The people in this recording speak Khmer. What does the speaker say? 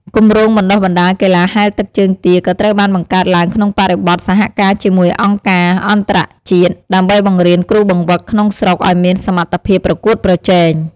គម្រោងបណ្ដុះបណ្ដាលកីឡាហែលទឹកជើងទាក៏ត្រូវបានបង្កើតឡើងក្នុងបរិបទសហការជាមួយអង្គការអន្តរជាតិ ដើម្បីបង្រៀនគ្រូបង្វឹកក្នុងស្រុកឲ្យមានសមត្ថភាពប្រកួតប្រជែង។